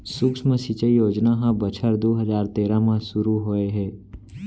सुक्ष्म सिंचई योजना ह बछर दू हजार तेरा म सुरू होए हे